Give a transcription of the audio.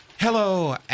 Hello